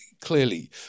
clearly